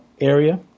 area